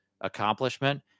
accomplishment